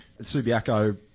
Subiaco